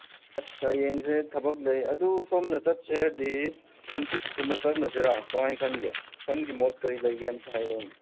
ꯑꯁ ꯍꯌꯦꯡꯁꯦ ꯊꯕꯛ ꯂꯩ ꯑꯗꯨ ꯁꯣꯝꯅ ꯆꯠꯁꯦ ꯍꯥꯏꯔꯗꯤ ꯍꯥꯡꯆꯤꯠꯀꯨꯝꯕ ꯆꯠꯂꯁꯤꯔ ꯀꯃꯥꯏꯅ ꯈꯟꯒꯦ ꯅꯪꯒꯤ ꯃꯣꯠ ꯀꯔꯤ ꯂꯩꯒꯦ ꯑꯝꯇ ꯍꯥꯏꯔꯛꯑꯣꯅꯦ